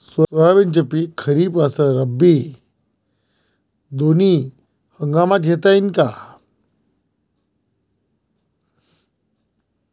सोयाबीनचं पिक खरीप अस रब्बी दोनी हंगामात घेता येईन का?